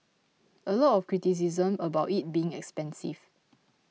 a lot of criticism about it being expensive